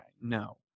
No